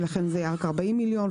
ולכן זה היה רק 40 מיליון.